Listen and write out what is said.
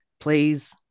Please